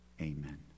Amen